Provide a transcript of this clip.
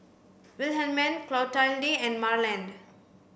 Wilhelmine Clotilde and Marland